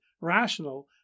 rational